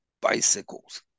bicycles